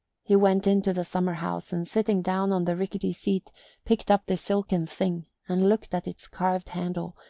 he went into the summer-house, and sitting down on the rickety seat picked up the silken thing and looked at its carved handle,